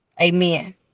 Amen